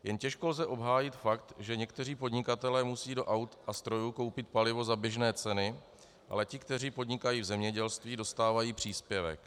Jen těžko lze obhájit fakt, že někteří podnikatelé musí do aut a strojů koupit palivo za běžné ceny, ale ti, kteří podnikají v zemědělství, dostávají příspěvek.